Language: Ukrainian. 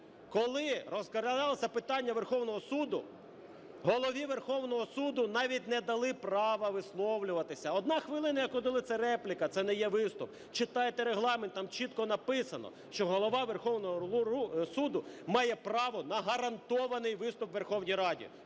коли розглядалося питання Верховного Суду, Голові Верховного Суду навіть не дали права висловлюватися. Одна хвилина, яку дали, - це репліка, це не є виступ. Читайте Регламент, там чітко написано, що Голова Верховного Суду має право на гарантований виступ в Верховній Раді.